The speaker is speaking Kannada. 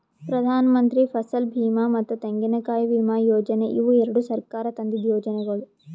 ಪ್ರಧಾನಮಂತ್ರಿ ಫಸಲ್ ಬೀಮಾ ಮತ್ತ ತೆಂಗಿನಕಾಯಿ ವಿಮಾ ಯೋಜನೆ ಇವು ಎರಡು ಸರ್ಕಾರ ತಂದಿದ್ದು ಯೋಜನೆಗೊಳ್